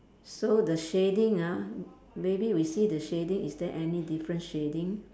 so the shading ah maybe we see the shading is there any different shading